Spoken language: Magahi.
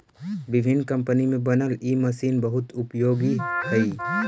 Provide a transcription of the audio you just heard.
विभिन्न कम्पनी में बनल इ मशीन बहुत उपयोगी हई